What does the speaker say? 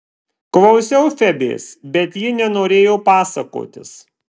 klausiau febės bet ji nenorėjo pasakotis